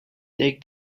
take